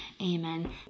Amen